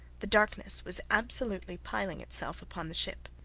the darkness was absolutely piling itself upon the ship.